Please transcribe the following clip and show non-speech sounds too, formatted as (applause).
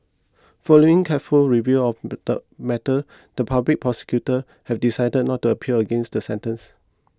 following careful review of (noise) matter the Public Prosecutor has decided not to appeal against the sentence